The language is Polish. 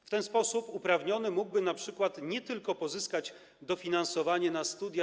W ten sposób uprawniony mógłby np. nie tylko pozyskać dofinansowanie na studia